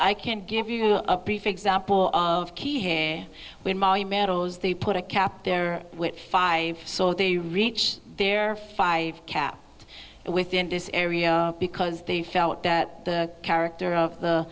i can give you example they put a cap there five so they reach their five cap within this area because they felt that the character of the